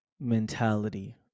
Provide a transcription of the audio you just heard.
Mentality